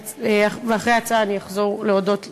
ואחרי ההצבעה אני אחזור להודות לשאר.